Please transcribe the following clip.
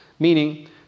Meaning